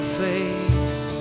face